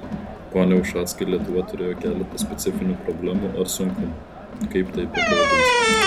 pone ušackai lietuva turėjo keletą specifinių problemų ar sunkumų kaip tai bepavadinsi